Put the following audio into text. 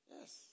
Yes